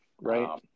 right